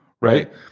Right